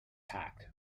hacked